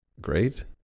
great